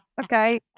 Okay